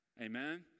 Amen